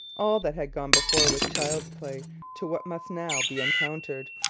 all that had gone before was child's play to what must now be encountered.